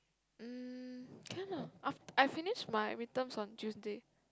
mm can lah I finish my midterms on Tuesday